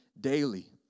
daily